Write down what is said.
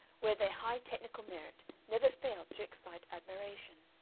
where their high technical merit never failed to excite admiration.